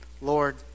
Lord